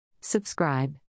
Subscribe